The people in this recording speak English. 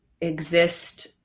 exist